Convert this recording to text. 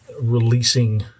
releasing